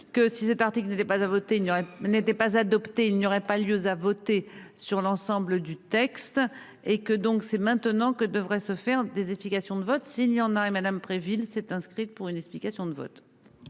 pas à voter n'était pas adopté, il n'y aurait pas lieu à voter sur l'ensemble du texte et que donc, c'est maintenant que devrait se faire. Des explications de vote y en arrêt. Madame Préville s'est inscrite pour une explication de vote.